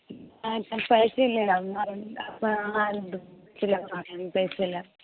नहि तऽ हम पैसे ले जाएब समान नहि समान नहि लाएब अहाँकेँ हम पैसे लाएब